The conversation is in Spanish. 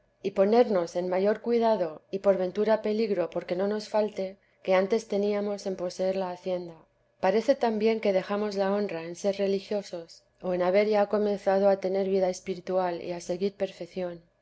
y ponernos en mayor cuidado y por ventura peligro porque no nos falte que antes teníamos en poseer la hacienda parece también que dejamos la honra en ser religiosos o en haber ya comenzado a tener vida espiritual y a seguir perfección